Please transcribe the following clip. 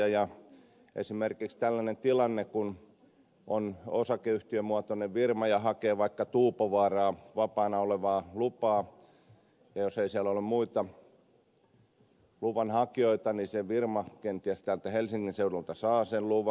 esimerkiksi voi olla tällainen tilanne että kun on osakeyhtiömuotoinen firma joka hakee vaikka tuupovaaraan vapaana olevaa lupaa ja jos ei siellä ole muita luvanhakijoita niin se firma kenties täältä helsingin seudulta saa sen luvan